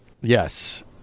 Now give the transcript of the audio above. yes